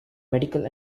medical